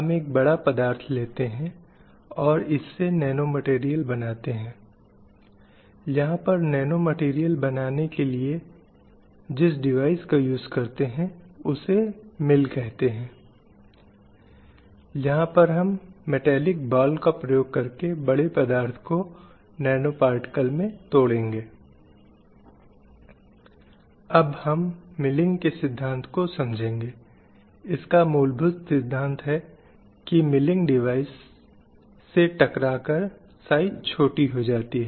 हम पाठ्यक्रम के परिचयात्मक मॉड्यूल पर चर्चा कर रहे थे और इस प्रक्रिया में हमने सेक्स और लिंग की अवधारणाओं उन दोनों के बीच अंतर का परिचय देने की कोशिश की है समाज में लैंगिक समाजीकरण कैसे होता है और रूढ़िबद्धता शुरू हुई जो पुरुष और महिलाओं के बीच अंतर करती है